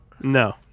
No